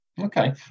Okay